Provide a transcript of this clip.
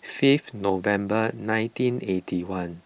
fifth November nineteen eighty one